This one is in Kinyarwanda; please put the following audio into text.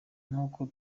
nk’uko